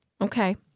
Okay